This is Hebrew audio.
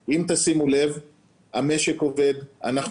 תודה, אדוני.